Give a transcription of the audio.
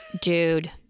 dude